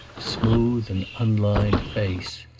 smooth, and unlined face.